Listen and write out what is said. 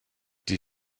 die